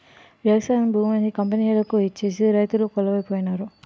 వ్యవసాయ భూమిని కంపెనీలకు ఇచ్చేసి రైతులు కొలువై పోనారు